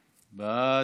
בעד,